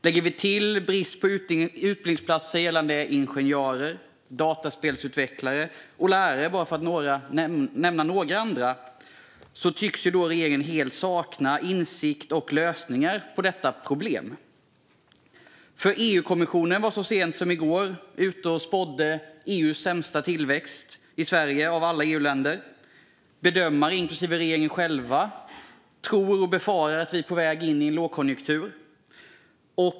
Vi kan lägga till brist på utbildningsplatser för ingenjörer, dataspelsutvecklare och lärare, för att bara nämna några. Regeringen tycks helt sakna insikt om och lösningar på detta problem. EU-kommissionen spådde så sent som i går att Sverige får sämst tillväxt av alla EU-länder, och bedömare, inklusive regeringen själv, befarar att vi är på väg in i en lågkonjunktur.